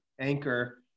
anchor